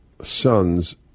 sons